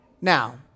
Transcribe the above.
Now